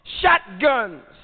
shotguns